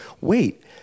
wait